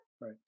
Right